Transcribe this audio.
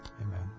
amen